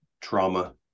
trauma